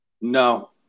No